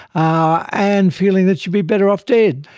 ah and feeling that you'd be better off dead.